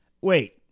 Wait